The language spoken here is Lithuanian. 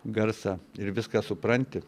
garsą ir viską supranti